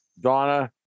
donna